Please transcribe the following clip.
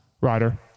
rider